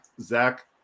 Zach